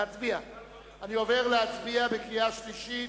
אני עובר להצביע בקריאה שלישית.